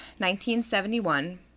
1971